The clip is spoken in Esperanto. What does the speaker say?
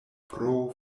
pro